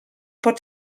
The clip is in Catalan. pot